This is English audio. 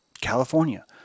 California